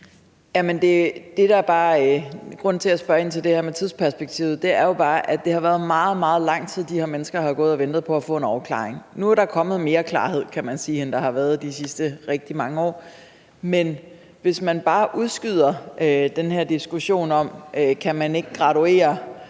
Grunden til, at jeg spørger ind til det her med tidsperspektivet, er jo bare, at det har været meget, meget lang tid, de her mennesker har gået og ventet på at få en afklaring. Nu er der kommet mere klarhed – kan man sige – end der har været i de sidste rigtig mange år, men hvis man bare udskyder den her diskussion om, om man ikke kan graduere